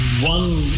One